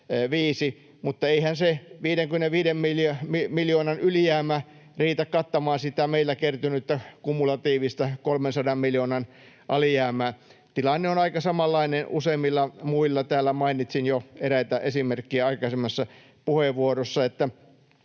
mutta eihän se 55 miljoonan ylijäämä riitä kattamaan sitä meillä kertynyttä kumulatiivista 300 miljoonan alijäämää. Tilanne on aika samanlainen useimmilla muilla, ja täällä mainitsin jo eräitä esimerkkejä aikaisemmassa puheenvuorossa,